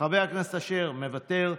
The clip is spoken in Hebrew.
חבר הכנסת אשר, מוותר,